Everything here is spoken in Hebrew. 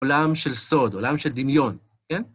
עולם של סוד, עולם של דמיון, כן?